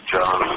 John